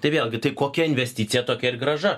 tai vėlgi tai kokia investicija tokia ir grąža